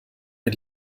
mir